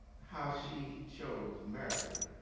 how she chose maryland.